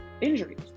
injuries